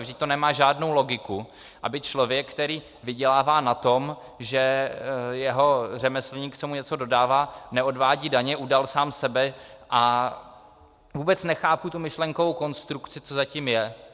Vždyť to nemá žádnou logiku, aby člověk, který vydělává na tom, že jeho řemeslník, co mu něco dodává, neodvádí daně, udal sám sebe a vůbec nechápu tu myšlenkovou konstrukci, co za tím je.